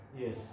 Yes